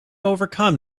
overcome